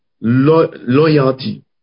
loyalty